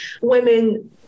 women